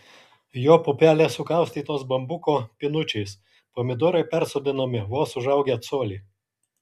jo pupelės sukaustytos bambuko pinučiais pomidorai persodinami vos užaugę colį